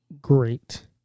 great